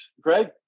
Greg